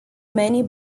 many